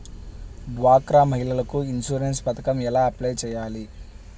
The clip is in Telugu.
డ్వాక్రా మహిళలకు ఇన్సూరెన్స్ పథకం ఎలా అప్లై చెయ్యాలి?